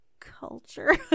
culture